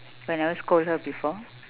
you never scold her before